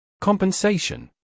Compensation